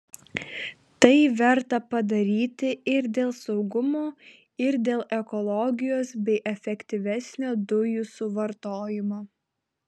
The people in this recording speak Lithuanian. tai verta padaryti ir dėl saugumo ir dėl ekologijos bei efektyvesnio dujų suvartojimo